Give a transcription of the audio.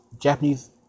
Japanese